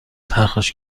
پرخاش